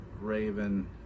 Raven